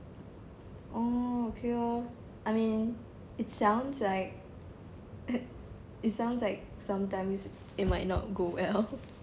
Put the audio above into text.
oh okay lor I mean it's sounds like it sounds like sometimes it might not go well